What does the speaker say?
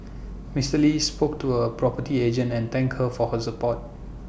Mister lee spoke to A property agent and thank her for her support